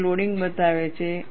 ડાબે લોડિંગ બતાવે છે